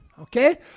okay